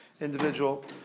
individual